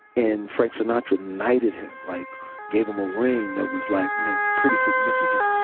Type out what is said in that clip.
and frank sinatra knighted him, like gave him a ring that was like you know pretty significant.